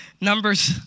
Numbers